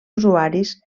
usuaris